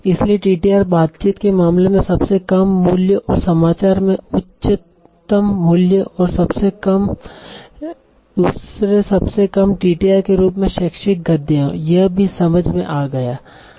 इसलिए टीटीआर बातचीत के मामले में सबसे कम मूल्य और समाचार में उच्चतम मूल्य और दूसरे सबसे कम TTR के रूप में शैक्षिक गद्य है यह भी समझ में आ गया